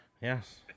yes